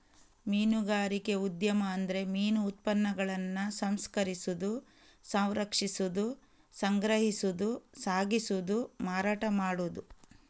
ಮೀನುಗಾರಿಕೆ ಉದ್ಯಮ ಅಂದ್ರೆ ಮೀನು ಉತ್ಪನ್ನಗಳನ್ನ ಸಂಸ್ಕರಿಸುದು, ಸಂರಕ್ಷಿಸುದು, ಸಂಗ್ರಹಿಸುದು, ಸಾಗಿಸುದು, ಮಾರಾಟ ಮಾಡುದು